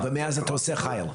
ומאז אתה עושה חייל.